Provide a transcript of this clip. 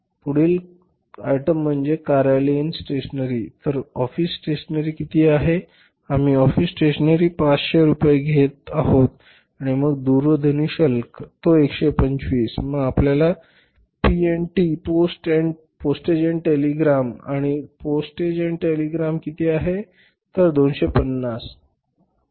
पुढील आयटम म्हणजे कार्यालयीन स्टेशनरी तर ऑफिस स्टेशनरी किती आहे आम्ही ऑफिस स्टेशनरी 500 रुपये म्हणून घेत आहोत आणि मग दूरध्वनी शुल्क किती आहे 125 मग आपल्याला पी आणि टी पोस्ट आणि टेलिग्राम घ्यावे लागेल आणि पोस्ट आणि टेलिग्राम किती आहे येथे 250 ऑफिस टेलिग्राम आहे